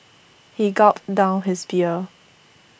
he gulped down his beer